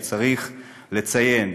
כשצריך לציין